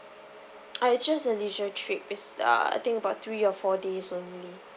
uh it's just a leisure trip is err I think about three or four days only